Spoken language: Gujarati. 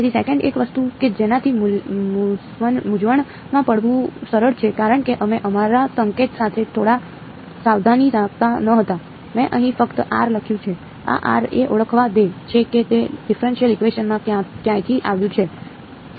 તેથી સેકંડ એક વસ્તુ કે જેનાથી મૂંઝવણમાં પડવું સરળ છે કારણ કે અમે અમારા સંકેત સાથે થોડા સાવધાની રાખતા ન હતા મેં અહીં ફક્ત r લખ્યું છે આ r એ ઓળખવા દે છે કે તે ડિફેરએંશીયલ ઇકવેશન માં ક્યાંથી આવ્યું છે